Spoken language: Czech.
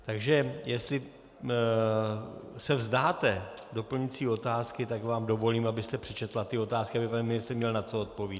Takže jestli se vzdáte doplňující otázky, tak vám dovolím, abyste přečetla ty otázky, aby pan ministr měl na co odpovídat.